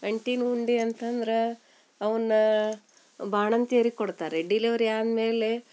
ಅಂಟಿನ ಉಂಡೆ ಅಂತಂದ್ರೆ ಅವನ್ನ ಬಾಣಂತಿಯರಿಗೆ ಕೊಡ್ತಾರೆ ಡಿಲಿವರಿ ಆದ ಮೇಲೆ